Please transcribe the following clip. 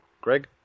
Greg